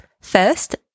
First